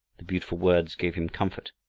the beautiful words gave him comfort.